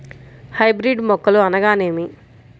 Hybrid మొక్కలు అనగానేమి?